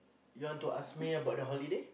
you want to ask me about the holiday